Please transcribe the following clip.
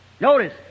Notice